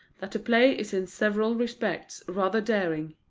that the play is in several respects rather daring.